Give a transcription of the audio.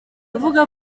avuga